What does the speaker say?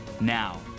Now